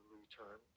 return